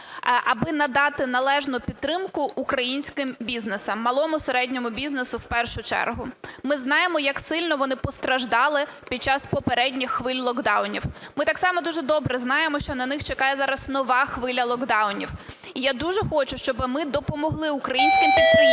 аби надати належну підтримку українським бізнесам, малому, середньому бізнесу в першу чергу. Ми знаємо, як сильно вони постраждали під час попередніх хвиль локдаунів, ми так само дуже добре знаємо, що на них чекає зараз нова хвиля локдаунів. І я дуже хочу, щоб ми допомогли українським підприємствам,